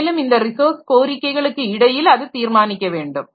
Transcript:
மேலும் இந்த ரிசோர்ஸ் கோரிக்கைகளுக்கு இடையில் அது தீர்மானிக்க வேண்டும்